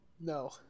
No